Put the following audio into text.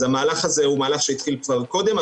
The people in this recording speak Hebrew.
אז המהלך הזה הוא מהלך שהתחיל כבר קודם,